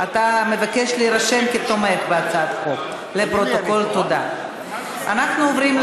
אני קובעת כי הצעת חוק המקרקעין (תיקון מס'